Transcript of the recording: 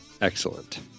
excellent